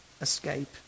escape